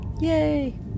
Yay